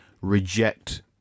reject